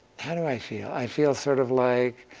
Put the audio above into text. how do i feel? i feel sort of like,